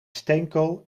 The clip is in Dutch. steenkool